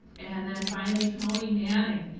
and then finally, tony manning